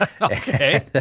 Okay